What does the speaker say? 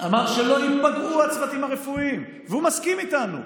אמר שלא ייפגעו הצוותים הרפואיים ושהוא מסכים איתנו.